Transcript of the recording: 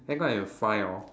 then I go and find hor